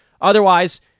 Otherwise